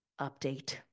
update